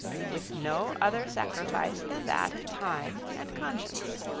with no other sacrifice than that of time and conscience.